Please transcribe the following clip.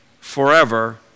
forever